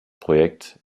projekt